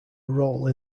role